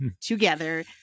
together